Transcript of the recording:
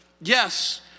Yes